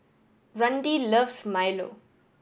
Randi loves milo